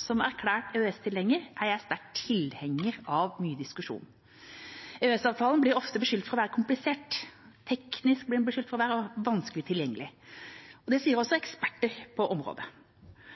Som erklært EØS-tilhenger er jeg sterk tilhenger av mye diskusjon. EØS-avtalen blir ofte beskyldt for å være komplisert, teknisk og vanskelig tilgjengelig. Det sier også eksperter på området.